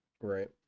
Right